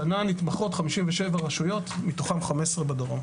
השנה נתמכות 57 רשויות, מתוכן 15 בדרום.